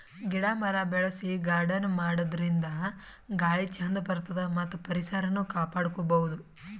ಗಿಡ ಮರ ಬೆಳಸಿ ಗಾರ್ಡನ್ ಮಾಡದ್ರಿನ್ದ ಗಾಳಿ ಚಂದ್ ಬರ್ತದ್ ಮತ್ತ್ ಪರಿಸರನು ಕಾಪಾಡ್ಕೊಬಹುದ್